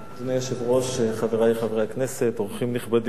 אדוני היושב-ראש, חברי חברי הכנסת, אורחים נכבדים,